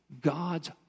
God's